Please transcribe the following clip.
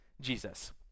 Jesus